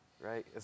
right